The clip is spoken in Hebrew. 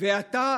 ואתה